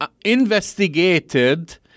investigated